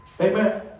Amen